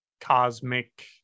cosmic